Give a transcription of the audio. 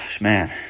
man